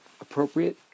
appropriate